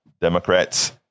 Democrats